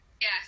Yes